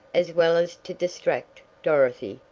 as well as to distract dorothy,